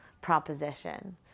proposition